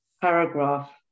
paragraph